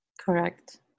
Correct